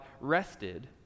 rested